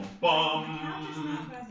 bum